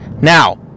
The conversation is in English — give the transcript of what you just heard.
Now